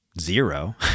zero